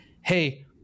Hey